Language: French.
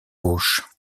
gauche